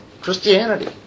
Christianity